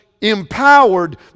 empowered